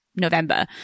November